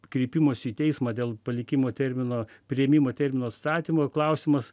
kreipimosi į teismą dėl palikimo termino priėmimo termino atstatymo klausimas